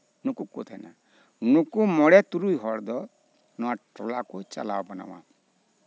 ᱱᱩᱠᱩ ᱠᱚᱠᱚ ᱛᱟᱦᱮᱸᱱᱟ ᱱᱩᱠᱩ ᱢᱚᱬᱮ ᱛᱩᱨᱩᱭ ᱦᱚᱲ ᱫᱚ ᱱᱚᱶᱟ ᱴᱚᱞᱟ ᱠᱚ ᱪᱟᱞᱟᱣ ᱵᱚᱱᱟᱣᱟ